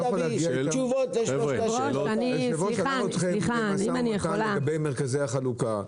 אם תביא תשובות --- היושב-ראש --- משא ומתן לגבי מרכזי החלוקה,